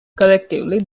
collectively